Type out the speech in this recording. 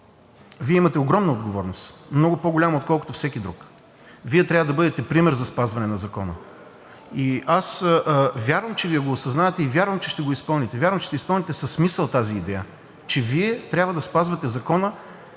Вие имате огромна отговорност, много по-голяма, отколкото всеки друг. Вие трябва да бъдете пример за спазване на закона. И аз вярвам, че Вие го осъзнавате и вярвам, че ще го изпълните. Вярвам, че ще изпълните със смисъл тази идея, че Вие трябва да спазвате закона